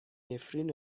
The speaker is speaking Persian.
نفرین